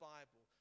Bible